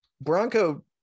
Bronco